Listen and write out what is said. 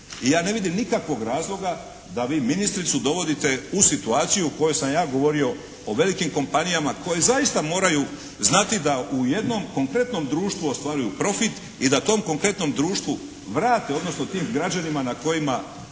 I ja ne vidim nikakvog razloga da vi ministricu dovodite u situaciju o kojoj sam ja govorio o velikim kompanijama, koje zaista moraju znati da u jednom konkretnom društvu ostvaruju profit i da tom konkretnom društvu vrate, odnosno tim građanima na kojima